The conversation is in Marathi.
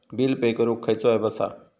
बिल पे करूक खैचो ऍप असा?